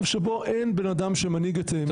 שבו אין בן אדם שמנהיג את ממשלת ישראל.